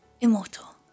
Immortal